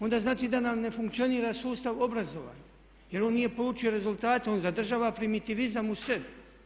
Onda znači da nam ne funkcionira sustav obrazovanja jer on nije polučio rezultate, on zadržava primitivizam u sebi.